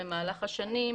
במהלך השנים,